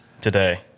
today